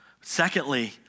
Secondly